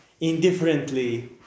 indifferently